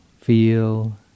feel